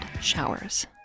Showers